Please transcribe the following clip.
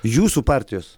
jūsų partijos